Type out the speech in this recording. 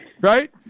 Right